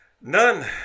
None